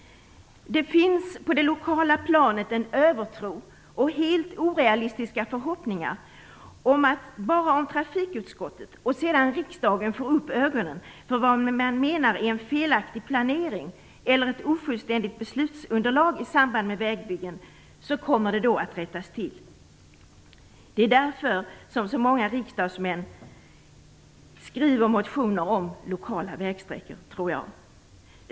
Det finns på det lokala planet en övertro på och helt orealistiska förhoppningar om att bara trafikutskottet och sedan riksdagen får upp ögonen för vad man menar är en felaktig planering eller ett ofullständigt beslutsunderlag i samband med vägbyggen kommer det att rättas till. Jag tror att det är därför så många riksdagsmän väcker motioner om lokala vägsträckor.